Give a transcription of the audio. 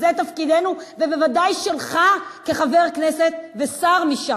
זה תפקידנו, ובוודאי שלך כחבר כנסת ושר מש"ס.